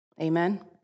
Amen